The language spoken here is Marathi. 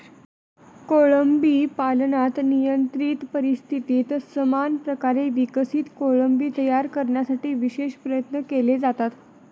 कोळंबी पालनात नियंत्रित परिस्थितीत समान प्रकारे विकसित कोळंबी तयार करण्यासाठी विशेष प्रयत्न केले जातात